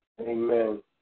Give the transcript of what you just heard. amen